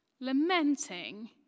Lamenting